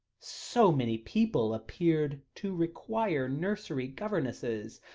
so many people appeared to require nursery governesses,